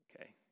Okay